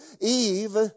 Eve